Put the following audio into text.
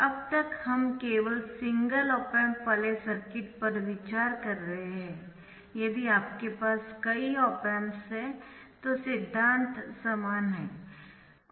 अब तक हम केवल सिंगल ऑप एम्प वाले सर्किट पर विचार कर रहे है यदि आपके पास कई ऑप एम्पस है तो सिद्धांत समान है